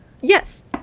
Yes